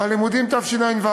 הלימודים תשע"ו.